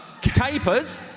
Capers